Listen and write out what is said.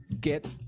get